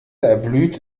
erblüht